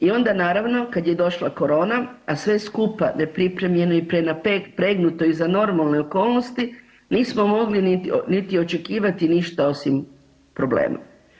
I onda naravno kad je došla korona, a sve skupa nepripremljeno i prenapregnuto i za normalne okolnosti nismo mogli niti očekivati ništa osim problema.